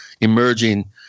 emerging –